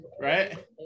right